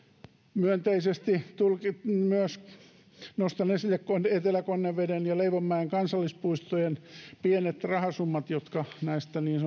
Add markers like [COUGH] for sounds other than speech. myönteisesti myös nostan esille etelä konneveden ja leivonmäen kansallispuistojen pienet rahasummat jotka näistä niin [UNINTELLIGIBLE]